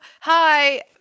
hi